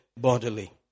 bodily